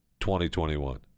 2021